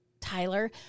Tyler